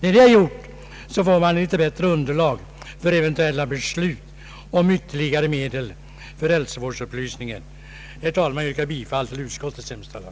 När det är gjort har man litet bättre underlag för eventuella beslut om ytterligare medel till hälsovårdsupplysning. Jag yrkar, herr talman, bifall till utskottets hemställan.